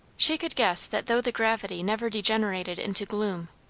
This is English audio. she could guess that though the gravity never degenerated into gloom,